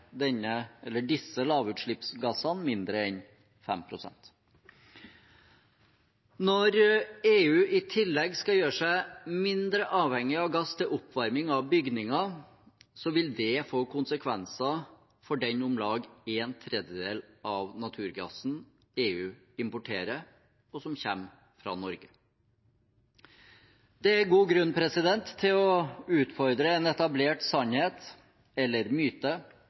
disse lavutslippsgassene mindre enn 5 pst. Når EU i tillegg skal gjøre seg mindre avhengig av gass til oppvarming av bygninger, vil det få konsekvenser for den om lag tredjedelen av naturgassen EU importerer, og som kommer fra Norge. Det er god grunn til å utfordre en etablert sannhet – eller en myte,